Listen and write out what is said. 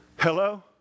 Hello